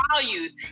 values